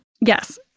Yes